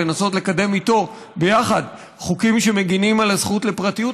לנסות לקדם איתו ביחד חוקים שמגינים על הזכות לפרטיות,